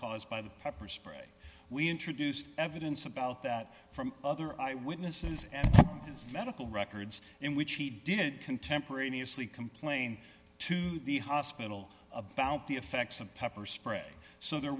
caused by the pepper spray we introduced evidence about that from other eye witnesses and his medical records in which he did contemporaneously complain to the hospital about the effects of pepper spray so there